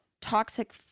toxic